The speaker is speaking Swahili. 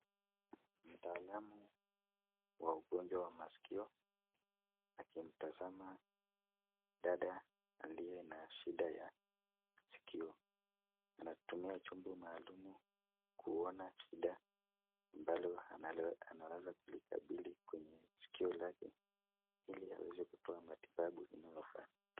Mtaalamu wa ugonjwa wa maskio akimtazama dada aliye na shida la skio anatumia chombo maalum kuona shida ambalo anaweza kulikabili kwenye skio lake ili kutoa matibabu inayofaa